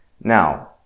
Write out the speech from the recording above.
Now